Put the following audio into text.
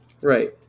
right